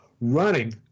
running